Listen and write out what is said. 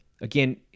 Again